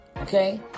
Okay